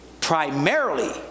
Primarily